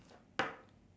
uh